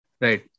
right